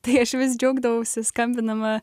tai aš vis džiaugdavausi skambinama